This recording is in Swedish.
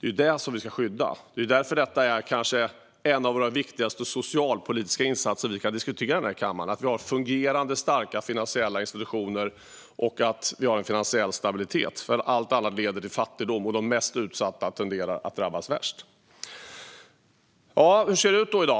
Det är det vi ska skydda, och det är därför detta kanske är en av de viktigaste socialpolitiska insatser vi kan diskutera i den här kammaren - att vi har fungerande, starka finansiella institutioner och att vi har en finansiell stabilitet. Allt annat leder nämligen till fattigdom, och de mest utsatta tenderar att drabbas värst. Hur ser det då ut i dag?